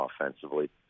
offensively